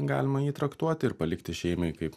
galima jį traktuoti ir palikti šeimai kaip